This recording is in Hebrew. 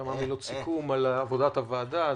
וכמה מילות סיכום על עבודת הוועדה.